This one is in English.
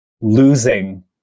losing